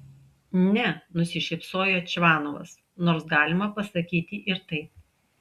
ne nusišypsojo čvanovas nors galima pasakyti ir taip